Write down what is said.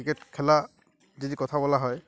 cricket খেলার যদি কথা বলা হয়